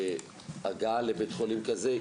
הגעה לבית חולים כזה,